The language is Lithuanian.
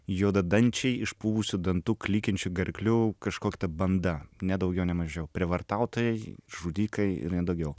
juodadančiai išpuvusių dantų klykiančių gerklių kažkokia tai banda ne daugiau nemažiau prievartautojai žudikai ir ne daugiau